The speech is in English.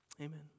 Amen